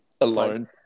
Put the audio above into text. alone